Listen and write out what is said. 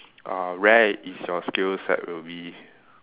uh rare is your skills set will be